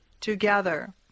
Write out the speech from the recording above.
together